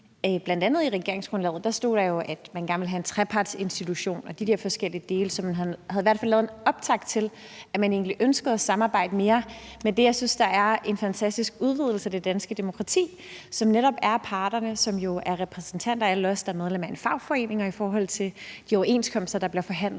parter. For i regeringsgrundlaget stod der jo bl.a., at man gerne ville have en trepartsinstitution og de der forskellige dele, så man havde i hvert fald lavet en optakt til, at man egentlig ønskede at samarbejde mere med det, jeg synes er fantastisk udvidelse af det danske demokrati, som netop er parterne, som jo er repræsentanter for alle os, der er medlem af en fagforening, og i forhold til de overenskomster, der bliver forhandlet